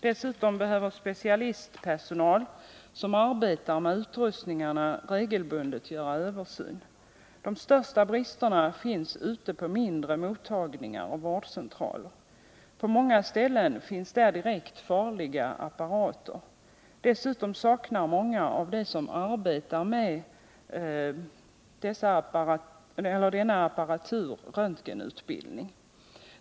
Dessutom behöver specialistpersonal som arbetar med utrustningarna regelbundet göra översyn. De största bristerna finns ute på mindre mottagningar och vårdcentraler. På många ställen finns där direkt farliga apparater. Dessutom saknar många av dem som arbetar med denna apparatur röntgenutbildning.